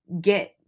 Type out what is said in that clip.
get